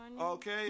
Okay